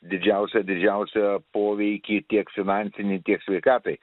didžiausią didžiausią poveikį tiek finansinį tiek sveikatai